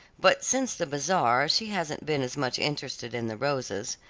but since the bazaar she hasn't been as much interested in the rosas.